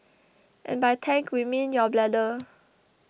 and by tank we mean your bladder